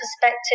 perspective